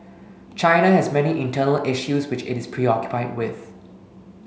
China has many internal issues which it is preoccupied with